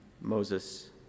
Moses